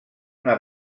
una